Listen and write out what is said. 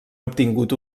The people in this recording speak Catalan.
obtingut